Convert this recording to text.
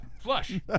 flush